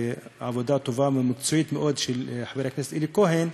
והעבודה הטובה והמקצועית מאוד של חבר הכנסת אלי כהן,